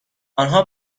آنها